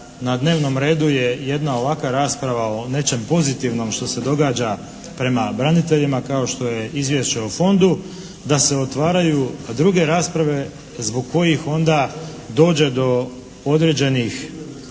na dnevnom redu je jedna ovakva rasprava o nečem pozitivnom što se događa prema braniteljima, kao što je Izvješće o Fondu, da se otvaraju druge rasprave zbog kojih onda dođe do određenih neslaganja.